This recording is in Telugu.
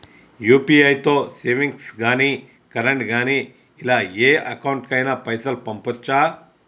యూ.పీ.ఐ తో సేవింగ్స్ గాని కరెంట్ గాని ఇలా ఏ అకౌంట్ కైనా పైసల్ పంపొచ్చా?